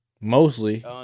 Mostly